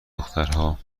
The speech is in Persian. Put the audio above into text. دخترها